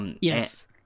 Yes